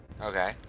Okay